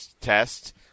test